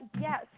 Yes